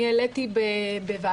אני העליתי בוועדה,